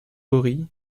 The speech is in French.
ory